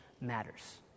matters